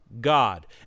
god